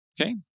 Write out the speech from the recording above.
Okay